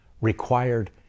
required